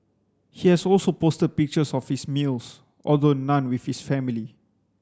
he has also posted pictures of his meals although none with his family